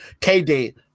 KD